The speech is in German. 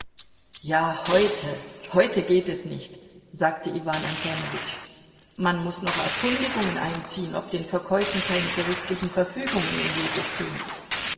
ja heute heute geht es nicht sagte iwan antonowitsch man muß noch erkundigungen einziehen ob den verkäufen keine gerichtlichen verfügungen im wege stehen